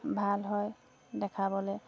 ভাল হয় দেখাবলে